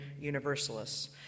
Universalists